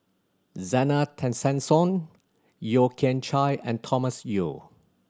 Zena Tessensohn Yeo Kian Chye and Thomas Yeo